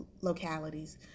localities